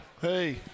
Hey